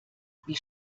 wie